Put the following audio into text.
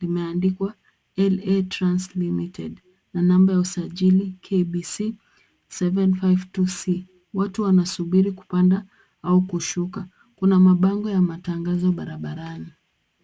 limeandikwa L.A TRANS LTD. na namba ya usajili kbc 752c watu wanasubiri kupanda au kushuka. Kuna mabango ya matangazo barabarani.